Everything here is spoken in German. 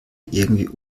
irgendwie